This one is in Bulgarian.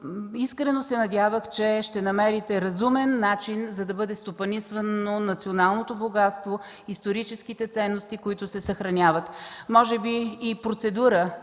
вътрешните работи ще намери разумен начин, за да бъде стопанисвано националното богатство, историческите ценности, които се съхраняват, може би и процедура,